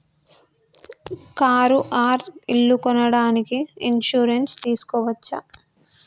Car or ఇల్లు కొనడానికి insurance తీస్కోవచ్చా?